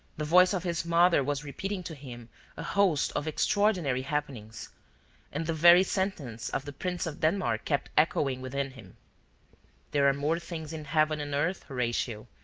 the voice of his mother was repeating to him a host of extraordinary happenings and the very sentence of the prince of denmark kept echoing within him there are more things in heaven and earth, horatio,